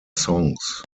songs